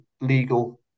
legal